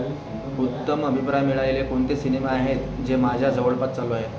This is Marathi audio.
उत्तम अभिप्राय मिळालेले कोणते सिनेमे आहेत जे माझ्या जवळपास चालू आहेत